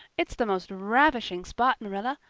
it's the most ravishing spot, marilla.